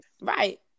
Right